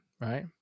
right